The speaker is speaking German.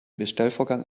bestellvorgang